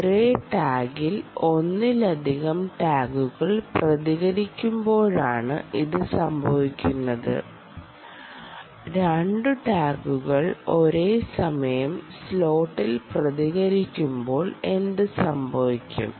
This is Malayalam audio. ഒരേ ടാഗിൽ ഒന്നിലധികം ടാഗുകൾ പ്രതികരിക്കുമ്പോളാണ് ഇത് സംഭവിക്കുന്നത് 2 ടാഗുകൾ ഒരേ സമയം സ്ലോട്ടിൽ പ്രതികരിക്കുമ്പോൾ എന്തുസംഭവിക്കും